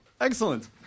excellent